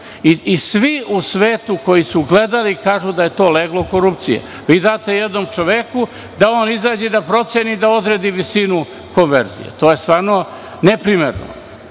Svi u svetu koji su gledali, kažu da je to leglo korupcije. Vi date jednom čoveku da on izađe i da proceni, da odredi visinu konverzije. To je stvarno neprimereno.